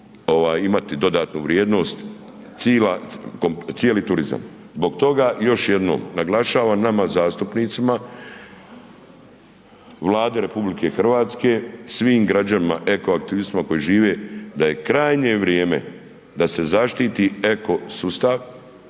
ovaj dodatnu vrijednost, cila, cijeli turizam. Zbog toga, još jednom naglašavam nama zastupnicima, Vladi RH, svim građanima, eko aktivistima koji žive da je krajnje vrijeme da se zaštiti eko sustav.